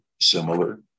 similar